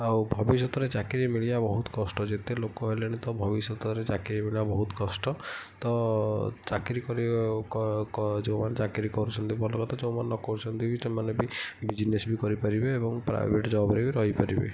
ଆଉ ଭବିଷ୍ୟତରେ ଚାକିରୀ ମିଳିବା ବହୁତ କଷ୍ଟ ଯେତେ ଲୋକ ହେଲେଣି ତ ଭବିଷ୍ୟତରେ ଚାକିରୀ ମିଳିବା ବହୁତ କଷ୍ଟ ତ ଚାକିରୀ କରିବ ଯେଉଁମାନେ ବି ଚାକିରୀ କରୁଛନ୍ତି ଭଲ କଥା ଯେଉଁମାନେ ନ କରୁଛନ୍ତି ବି ସେମାନେ ବି ବିଜ୍ନେସ୍ ବି କରିପାରିବେ ଏବଂ ପ୍ରାଈଭେଟ୍ ଜବ୍ରେ ବି ରହିପାରିବେ